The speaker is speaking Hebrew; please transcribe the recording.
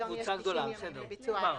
היום יש 90 ימים לביצוע ההחזר.